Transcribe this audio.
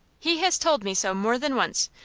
he has told me so more than once,